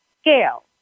scale